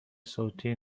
صوتی